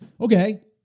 Okay